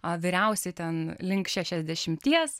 a vyriausi ten link šešiasdešimties